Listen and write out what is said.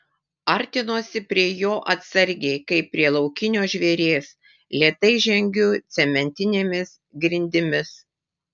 artinuosi prie jo atsargiai kaip prie laukinio žvėries lėtai žengiu cementinėmis grindimis